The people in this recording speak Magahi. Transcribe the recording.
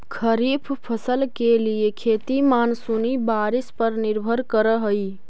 खरीफ फसल के लिए खेती मानसूनी बारिश पर निर्भर करअ हई